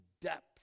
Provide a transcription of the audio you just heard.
depth